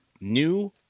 new